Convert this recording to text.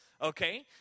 Okay